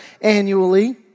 annually